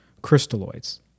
crystalloids